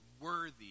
worthy